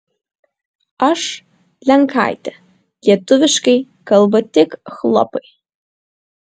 aš lenkaitė lietuviškai kalba tik chlopai